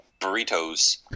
burritos